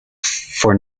for